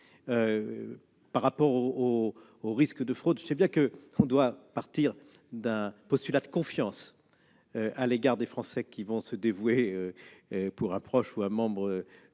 de vue du risque de fraude. Je le sais bien, on doit partir d'un postulat de confiance à l'égard des Français qui vont se dévouer pour un proche ou pour un membre